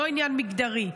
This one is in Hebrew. לא עניין מגדרי.